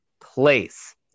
place